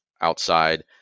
outside